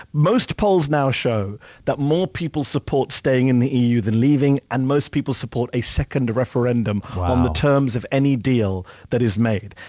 most polls now show that more people support staying in the eu than leaving and most people support a second referendum-chris hayes wow. on the terms of any deal that is made.